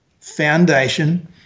foundation